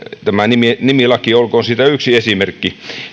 tämä nimilaki olkoon siitä yksi esimerkki